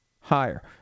higher